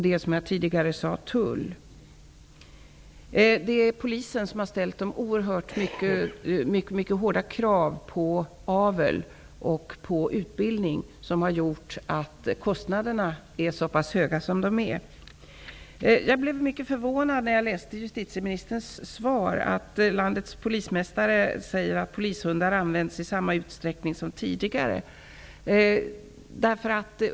Detsamma gäller Polisen har ställt mycket hårda krav på aveln och på utbildningen. Det har gjort att kostnaderna är så pass höga som de är. Jag blev mycket förvånad, när jag läste i justitieministerns svar att landets länspolismästare säger att polishundarna används i samma utsträckning som tidigare.